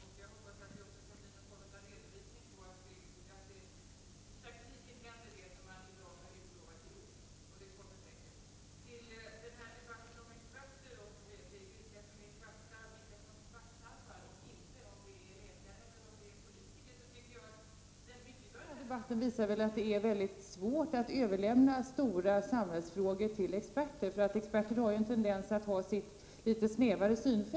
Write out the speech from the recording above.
Fru talman! Jag skulle vilja på nytt säga till socialministern att detta är ett betryggande svar. Jag hoppas att vi kan få någon redovisning av att det som man i dag har utlovat i ord händer i praktiken. Det kommer också säkert. Det har talats i debatten om experter och om vilka som är kvacksalvare — om det är läkare eller politiker.